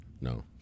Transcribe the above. no